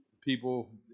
people